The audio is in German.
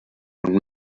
und